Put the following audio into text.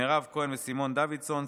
מירב כהן וסימון דוידסון,